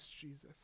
Jesus